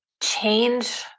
change